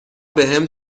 بهم